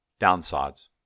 Downsides